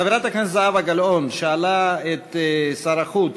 חברת הכנסת זהבה גלאון שאלה את שר החוץ: